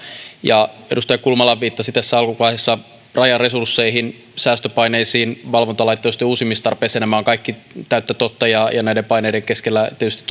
edustaja kulmala viittasi tässä alkuvaiheessa rajan resursseihin säästöpaineisiin valvontalaitteistojen uusimistarpeeseen nämä ovat kaikki täyttä totta ja ja näiden paineiden keskellä tietysti